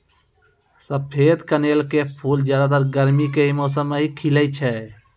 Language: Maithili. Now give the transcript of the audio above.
सफेद कनेल के फूल ज्यादातर गर्मी के मौसम मॅ ही खिलै छै